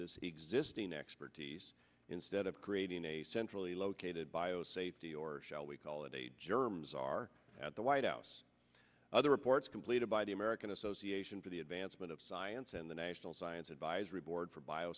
this existing expertise instead of creating a centrally located bio safety or shall we call it a germs are at the white house other reports completed by the american association for the advancement of science and the national science advisory board for